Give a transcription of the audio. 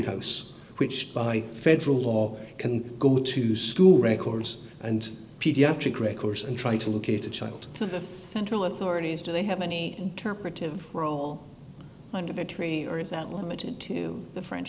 house which by federal law can go to school records and pediatric records and try to locate the child to the central authorities do they have any interpretive role under the tree or is that limited to the french